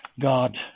God